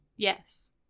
Yes